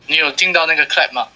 你有听到那个 clap mah